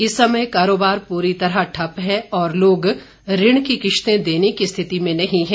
इस समय कारोबार पूरी तरह ठप्प है और लोग ऋण की किश्तें देने की स्थिति में नहीं है